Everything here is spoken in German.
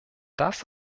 das